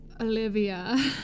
Olivia